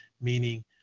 meaning